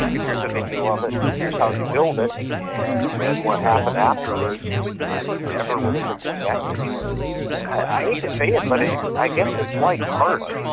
here's a video of it, here's how you build it, and then what happened afterwards i never would have expected. but i hate to say it, but i guess it's like art.